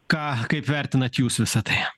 ką kaip vertinat jūs visa tai